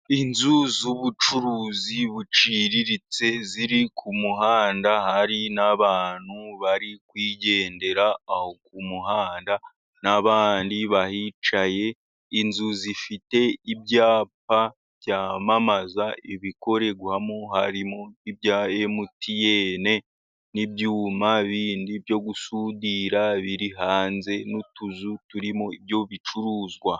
Inzu z'ubucuruzi buciriritse ziri ku muhanda, hari n'abantu bari kwigendera aho ku muhanda n'abandi bahicaye, inzu zifite ibyapa byamamaza ibikorerwamo harimo ibya Emutiyene n'ibyuma bindi byo gusudira biri hanze, n'utuzu turimo ibyo bicuruzwa.